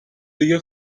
دیگه